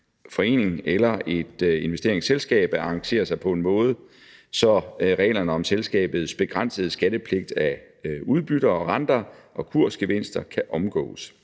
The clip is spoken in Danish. og investeringsselskaber at arrangere sig på en måde, så reglerne om selskabets begrænsede skattepligt af udbytter, renter og kursgevinster kan omgås.